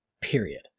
period